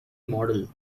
model